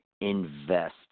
invest